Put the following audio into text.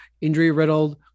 injury-riddled